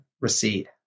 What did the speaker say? recede